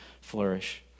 flourish